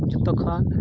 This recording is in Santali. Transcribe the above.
ᱡᱚᱛᱚ ᱠᱷᱚᱱ